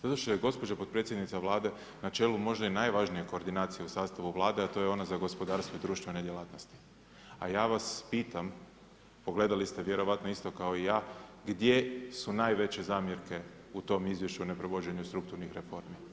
Zato što je gospođa potpredsjednica Vlade na čelu možda i najvažnije koordinacije u sastavu Vlade, a to je ona za gospodarstvo i društvene djelatnosti, a ja vas pitam, pogledali ste vjerovatno isto kao i ja, gdje su najveće zamjerke u tom izvješću neprovođenju strukturnih reformi.